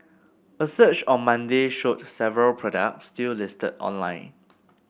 a search on Monday showed several products still listed online